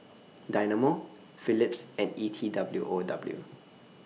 Dynamo Phillips and E T W O W